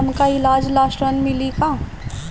हमका ईलाज ला ऋण मिली का?